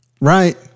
right